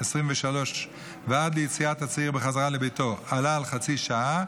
23:00 עד ליציאת הצעיר בחזרה לביתו עלה על חצי שעה,